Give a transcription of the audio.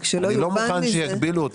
רק שלא יובן מזה --- אני לא מוכן שיגבילו אותנו.